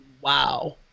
Wow